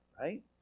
right